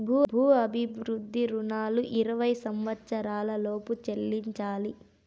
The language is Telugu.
భూ అభివృద్ధి రుణాలు ఇరవై సంవచ్చరాల లోపు చెల్లించాలి